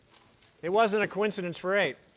it wasn't a coincidence for eight.